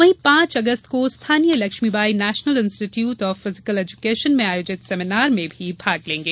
वहीं पांच अगस्त को स्थानीय Laxmibai National Institute of Physical Education में आयोजित सेमीनार में भाग लेंगे